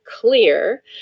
clear